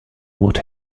what